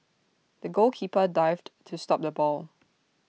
the goalkeeper dived to stop the ball